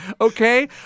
okay